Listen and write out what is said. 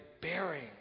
bearing